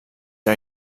are